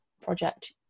project